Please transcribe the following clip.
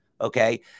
okay